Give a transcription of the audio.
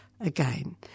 again